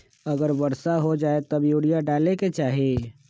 अगर वर्षा हो जाए तब यूरिया डाले के चाहि?